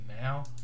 now